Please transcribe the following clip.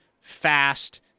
fast